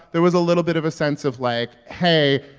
there was a little bit of a sense of, like, hey,